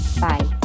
Bye